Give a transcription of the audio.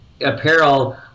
apparel